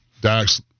Dax